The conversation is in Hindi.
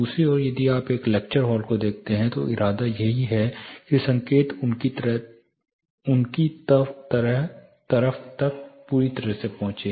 दूसरी ओर यदि आप एक लेक्चर हॉल को देखते हैं तो इरादा यही है कि संकेत उनकी तक पूरी तरह से पहुंचे